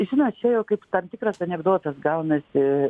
žinot čia jau kaip tam tikras anekdotas gaunasi